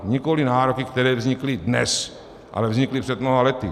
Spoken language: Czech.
Nikoliv nároky, které vznikly dnes, ale vznikly před mnoha lety.